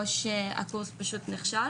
או שציון הקורס פשוט נכשל.